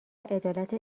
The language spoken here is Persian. عدالت